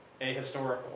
ahistorical